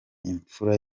imfura